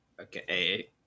Okay